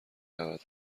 رود